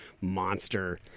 monster